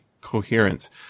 coherence